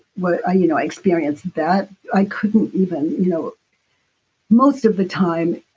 but ah you know i experienced that. i couldn't even, you know most of the time,